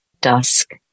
dusk